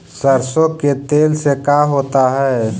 सरसों के तेल से का होता है?